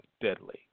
deadly